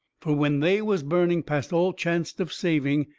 fur when they was burning past all chancet of saving,